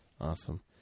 awesome